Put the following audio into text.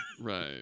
right